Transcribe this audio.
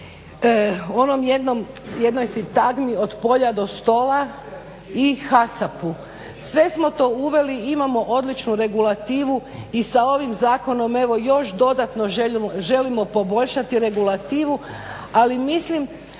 tome o onoj jednoj sintagmi od polja do stola i HASAP-u. Sve smo to uveli imamo odličnu regulativu i sa ovim zakonom evo još dodatno želimo poboljšati regulativu. Ali mislim